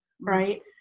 right